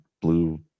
blue